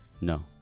no